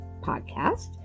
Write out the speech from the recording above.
podcast